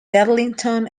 darlington